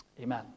Amen